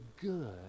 good